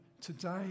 today